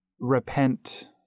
repent